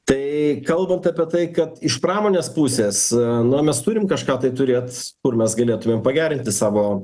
tai kalbant apie tai kad iš pramonės pusės na mes turim kažką tai turėti kur mes galėtumėm pagerinti savo